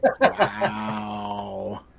Wow